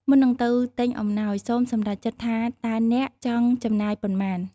មុននឹងទៅទិញអំណោយ សូមសម្រេចចិត្តថាតើអ្នកចង់ចំណាយប៉ុន្មាន។